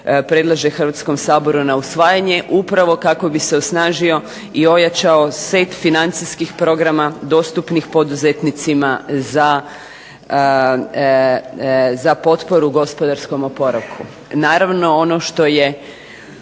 Hrvatskom saboru na usvajanje upravo kako bi se osnažio i ojačao set financijskih programa dostupnih poduzetnicima za potporu gospodarskom oporavku.